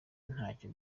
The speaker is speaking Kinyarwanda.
ntacyo